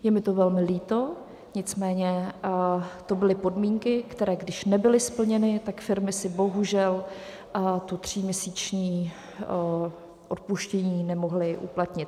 Je mi to velmi líto, nicméně to byly podmínky, které když nebyly splněny, tak firmy si bohužel to tříměsíční odpuštění nemohly uplatnit.